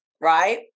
right